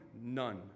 none